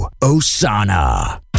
Osana